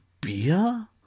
beer